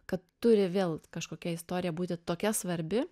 kad turi vėl kažkokia istorija būti tokia svarbi